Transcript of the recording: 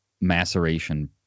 maceration